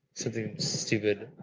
something stupid.